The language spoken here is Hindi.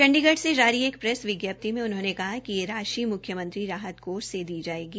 चण्डीगढ़ से जारी एक प्रेस विज्ञप्ति में उन्होंने कहा कि यह राशि मुख्यमंत्री राहत कोष से दी जायेगी